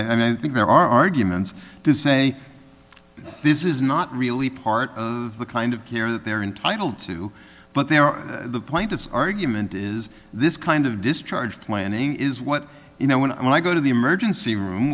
i think there are arguments to say this is not really part of the kind of care that they're entitled to but their point of argument is this kind of discharge planning is what you know when i go to the emergency room